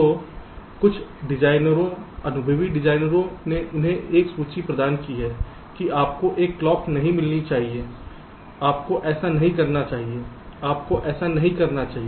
तो कुछ डिजाइनरों अनुभवी डिजाइनरों ने उन्हें एक सूची प्रदान की है कि आपको एक क्लॉक नहीं मिलनी चाहिए आपको ऐसा नहीं करना चाहिए आपको ऐसा नहीं करना चाहिए